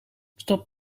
stop